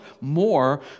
more